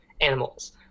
animals